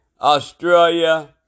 Australia